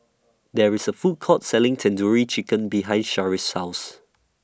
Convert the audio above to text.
There IS A Food Court Selling Tandoori Chicken behind Sharif's House